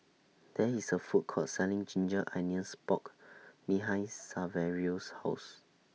There IS A Food Court Selling Ginger Onions Pork behind Saverio's House